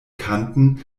kanten